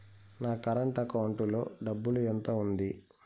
నా current account లో డబ్బులు ఎంత ఉంది?